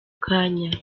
kanya